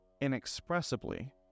inexpressibly